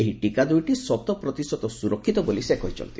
ଏହି ଟୀକା ଦୂଇଟି ଶତ ପ୍ରତିଶତ ସ୍ୱରକ୍ଷିତ ବୋଲି ସେ କହିଛନ୍ତି